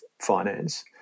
finance